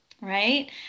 right